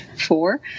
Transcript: four